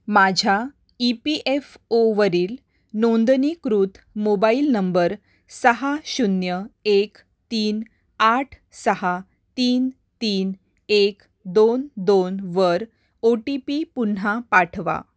माझ्या E P F ओवरील नोंदणीकृत मोबाईल नंबर सहा शून्य एक तीन आठ सहा तीन तीन एक दोन दोनवर ओ टी पी पुन्हा पाठवा